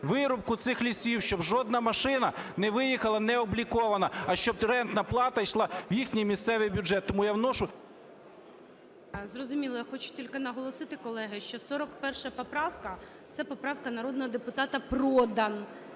вирубку цих лісів, щоб жодна машина не виїхала не облікована, а щоб рентна плата йшла в їхній місцевий бюджет, тому я вношу… ГОЛОВУЮЧИЙ. Зрозуміло. Я хочу тільки наголосити, колеги, що 41 поправка - це поправка народного депутата Продан,